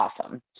awesome